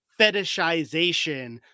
fetishization